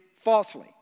falsely